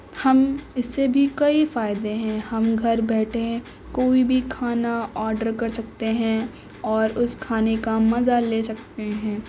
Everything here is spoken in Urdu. ہم اس سے بھی کئی فائدے ہیں ہم گھر بیٹھے کوئی بھی کھانا آڈر کر سکتے ہیں اور اس کھانے کا مزہ لے سکتے ہیں